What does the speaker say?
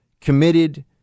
committed